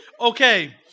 Okay